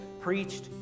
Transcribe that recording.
preached